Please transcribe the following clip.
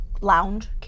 lounge